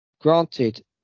Granted